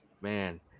Man